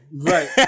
right